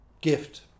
gift